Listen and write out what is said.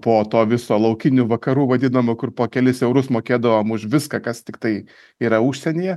po to viso laukinių vakarų vadinamo kur po kelis eurus mokėdavom už viską kas tiktai yra užsienyje